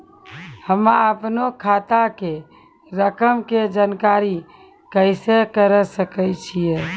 हम्मे अपनो खाता के रकम के जानकारी कैसे करे सकय छियै?